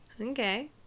okay